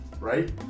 Right